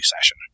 session